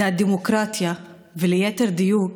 הדמוקרטיה, וליתר דיוק,